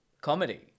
comedy